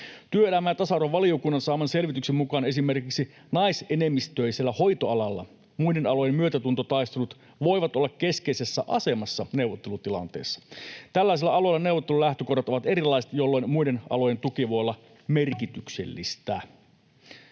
Työelämä- ja tasa-arvovaliokunnan saaman selvityksen mukaan esimerkiksi naisenemmistöisellä hoitoalalla muiden alojen myötätuntotaistelut voivat olla keskeisessä asemassa neuvottelutilanteessa. Tällaisilla aloilla neuvottelulähtökohdat ovat erilaiset, jolloin muiden alojen tuki voi olla merkityksellistä.